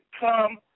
come